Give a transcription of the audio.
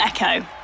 Echo